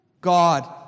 God